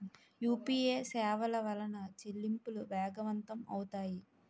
UPA సేవల వలన చెల్లింపులు వేగవంతం అవుతాయి